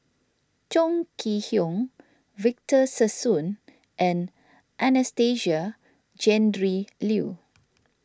Chong Kee Hiong Victor Sassoon and Anastasia Tjendri Liew